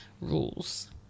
rules